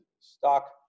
stock